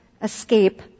escape